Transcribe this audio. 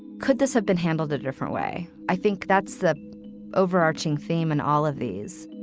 could this have been handled a different way? i think that's the overarching theme in all of these